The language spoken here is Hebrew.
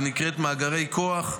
ונקראת "מאגרי כוח".